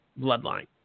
bloodline